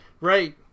Right